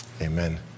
Amen